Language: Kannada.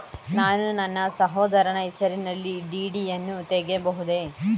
ನಾನು ನನ್ನ ಸಹೋದರನ ಹೆಸರಿನಲ್ಲಿ ಡಿ.ಡಿ ಯನ್ನು ತೆಗೆಯಬಹುದೇ?